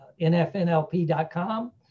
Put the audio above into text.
nfnlp.com